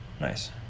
Nice